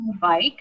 bike